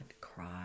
cry